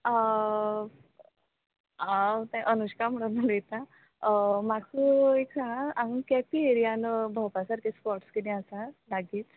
हांव तें अनुशका म्हणून उलयतां म्हाका एक सांगां हांगा केपी एरियान भोवपा सारकें स्पोट्स किदें आसा लागींच